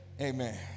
amen